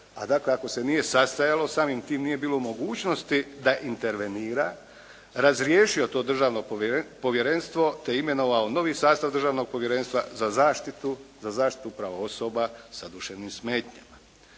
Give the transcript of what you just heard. a dakle ako se nije sastajalo samim tim nije bilo u mogućnosti da intervenira razriješio to državno povjerenstvo, te imenovao novi sastav državnog povjerenstva za zaštitu prava osoba sa duševnim smetnjama.